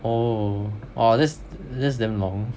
oh !wah! that's that's damn long